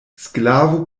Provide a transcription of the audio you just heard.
sklavo